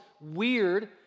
weird